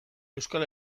euskal